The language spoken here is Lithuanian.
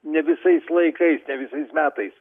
ne visais laikais ne visais metais